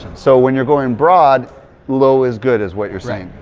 so, when you're going broad low is good is what you're saying?